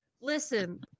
Listen